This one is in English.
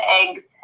eggs